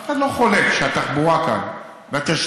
אף אחד לא חולק שהתחבורה כאן והתשתיות,